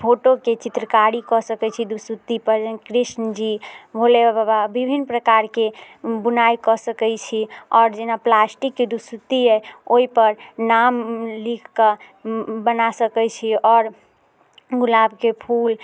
फोटोके चित्रकारी कऽ सकैत छी दुसुत्ती पर कृष्ण जी भोले बाबा विभिन्न प्रकारके बुनाइ कऽ सकैत छी आओर जेना प्लास्टिकके दुसुत्ती अछि ओहि पर नाम लिखकऽ बना सकैत छी आओर गुलाबके फूल